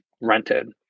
rented